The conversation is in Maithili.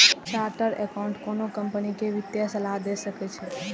चार्टेड एकाउंटेंट कोनो कंपनी कें वित्तीय सलाह दए सकै छै